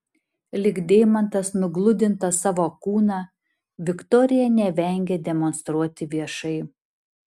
lyg deimantas nugludintą savo kūną viktorija nevengia demonstruoti viešai